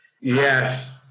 yes